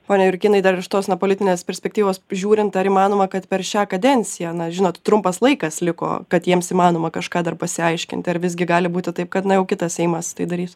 pone jurkynai dar ir iš tos na politinės perspektyvos žiūrint ar įmanoma kad per šią kadenciją na žinot trumpas laikas liko kad jiems įmanoma kažką dar pasiaiškint ar visgi gali būti taip kad na jau kitas seimas tai darys